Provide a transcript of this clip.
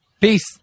Peace